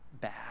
bad